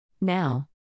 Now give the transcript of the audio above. Now